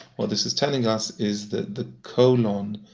what this is telling us is that the colon.